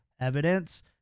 evidence